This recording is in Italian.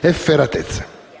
efferatezze.